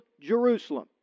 Jerusalem